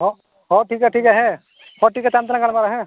ᱦᱮᱸ ᱴᱷᱤᱠ ᱜᱮᱭᱟ ᱴᱷᱤᱠ ᱜᱮᱭᱟ ᱦᱮᱸ ᱦᱮᱸ ᱴᱷᱤᱠ ᱜᱮᱭᱟ ᱛᱟᱭᱚᱢ ᱛᱮᱞᱟᱝ ᱜᱟᱞᱢᱟᱨᱟᱜᱼᱟ ᱦᱮᱸ